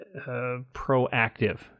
Proactive